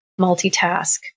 multitask